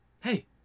Hey